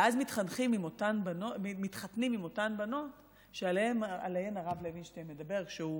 ואז מתחתנים עם אותן בנות שעליהן הרב לוינשטיין מדבר כשהוא